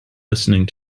listening